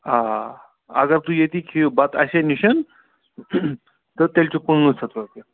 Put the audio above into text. آ اگر تُہۍ ییٚتی کھیٚیِو بَتہٕ اَسے نِشن تہٕ تیٚلہِ چھُو پانٛژھ ہَتھ رۄپیہِ